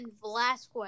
Velasquez